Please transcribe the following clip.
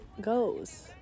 goes